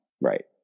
Right